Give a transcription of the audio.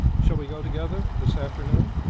shall we go together this afternoon?